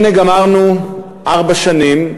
הנה, גמרנו ארבע שנים.